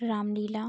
Ram Leela